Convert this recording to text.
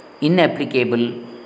inapplicable